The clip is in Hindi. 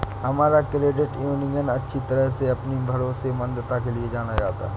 हमारा क्रेडिट यूनियन अच्छी तरह से अपनी भरोसेमंदता के लिए जाना जाता है